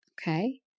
Okay